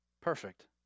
Perfect